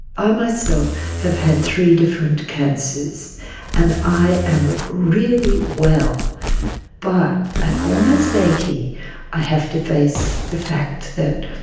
i myself have had three different cancers and i am really well but at almost eighty i have to face the fact that